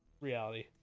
reality